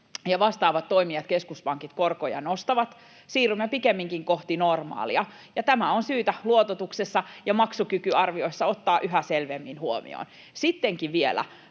ja vastaavat toimijat, keskuspankit, korkoja nostavat. Siirrymme pikemminkin kohti normaalia, ja tämä on syytä luototuksessa ja maksukykyarvioissa ottaa yhä selvemmin huomioon. Sittenkin vielä,